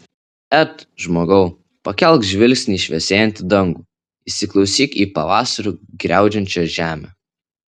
et žmogau pakelk žvilgsnį į šviesėjantį dangų įsiklausyk į pavasariu griaudžiančią žemę